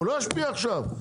הוא לא ישפיע עכשיו,